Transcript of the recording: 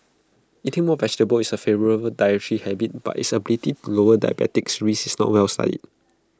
eating more vegetables is A favourable dietary habit but its ability to lower diabetes risk is not well studied